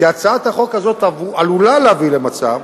כי הצעת החוק הזאת עלולה להביא למצב,